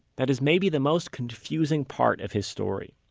that is maybe the most confusing part of his story,